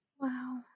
Wow